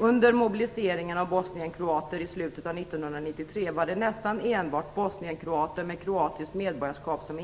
"Under mobiliseringen av bosnienkroater i slutet av 1993 var det nästan enbart bosnienkroater med kroatiskt medborgarskap som